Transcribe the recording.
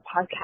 podcast